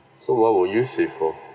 so what would you save for